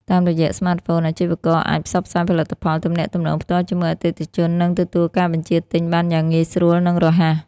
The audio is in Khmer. តាមរយៈស្មាតហ្វូន អាជីវករអាច ផ្សព្វផ្សាយផលិតផល ទំនាក់ទំនងផ្ទាល់ជាមួយអតិថិជន និងទទួលការបញ្ជាទិញបានយ៉ាងងាយស្រួល និងរហ័ស។